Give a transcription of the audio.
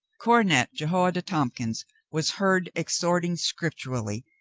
cornet jehoiada tompkins was heard ex horting scripturally,